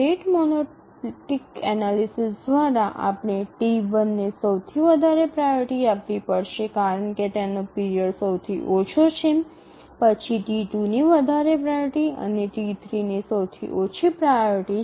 rate monotonic analysis દ્વારા આપણે T1 ને સૌથી વધારે પ્રાઓરિટી આપવી પડશે કારણ કે તેનો પીરિયડ સૌથી ઓછો છે પછી T2 ની વધારે પ્રાઓરિટી અને T3 ની સૌથી ઓછી પ્રાઓરિટી છે